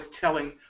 telling